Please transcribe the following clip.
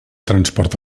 transport